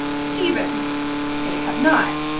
stephen they have not.